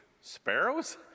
sparrows